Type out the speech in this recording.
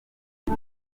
iki